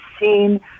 seen